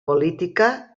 política